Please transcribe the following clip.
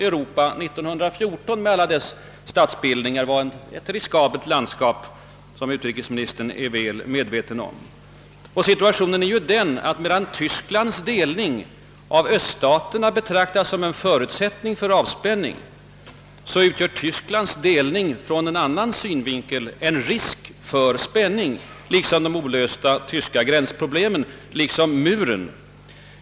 Europa 1914 med alla dess statsbildningar var ett »riskabelt landskap», såsom utrikesministern är väl medveten om. Och situationen är nu den, att medan Tysklands delning av öststaterna betraktas som en förutsättning för avspänning, utgör denna delning ur motpartens synvinkel en grund för spänning och motsättningar. Så förhåller det sig också med de olösta tyska gränsproblemen och Berlinmuren.